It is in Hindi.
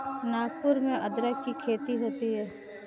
नागपुर में अदरक की खेती होती है